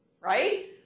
right